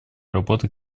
работы